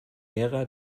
ära